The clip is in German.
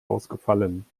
ausgefallen